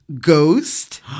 Ghost